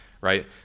right